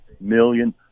million